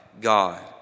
God